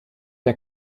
der